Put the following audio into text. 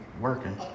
working